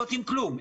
לא עושים כלום.